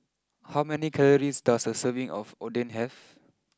how many calories does a serving of Oden have